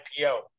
IPO